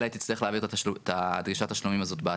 אלא היא תצטרך להעביר את דרישת התשלומים הזאת בעתיד.